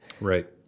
right